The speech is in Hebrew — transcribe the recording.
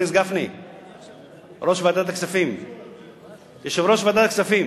חבר הכנסת